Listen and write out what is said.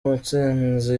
mutsinzi